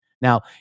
Now